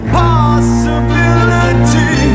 possibility